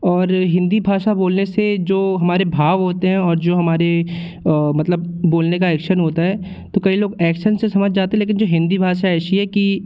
और हिंदी भाषा बोलने से जो हमारे भाव होते हैं और जो हमारे मतलब बोलने का एक्शन होता है तो कई लोग ऐक्शन से समझ जाते हैं लेकिन जो हिंदी भाषा ऐसी है कि